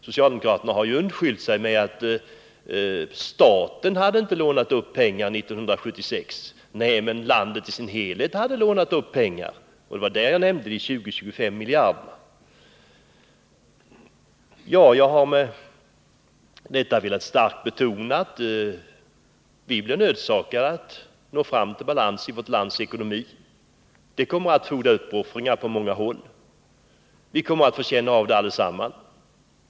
Socialdemokraterna har undskyllt sig med att staten inte hade lånat upp pengarna 1976. Nej. men landet i sin. helhet hade ju lånat upp de 20-25 miljarder som jag nämnde. Jag har med detta starkt betonat att vi är nödsakade att nå fram till balans i vårt lands ekonomi. Det kommer att fordra uppoffringar på många häll. Vi kommer att få känna av det allesammans.